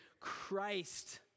Christ